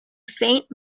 faint